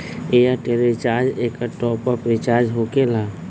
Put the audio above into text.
Airtel recharge एकर top off recharge होकेला?